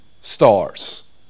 stars